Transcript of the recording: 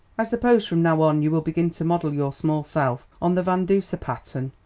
i suppose from now on you will begin to model your small self on the van duser pattern.